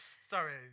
Sorry